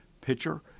pitcher